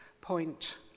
point